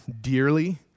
dearly